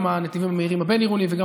גם הנתיבים המהירים בבין-עירוני וגם